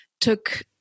took